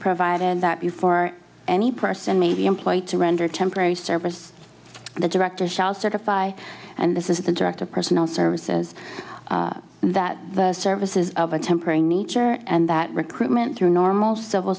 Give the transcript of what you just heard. provided that you for any person may be employed to render temporary service the director shall certify and this is the director of personnel services that the services of a tempering nature and that recruitment through normal civil